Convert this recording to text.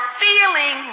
feeling